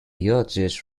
yachts